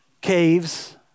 caves